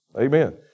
Amen